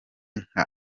nka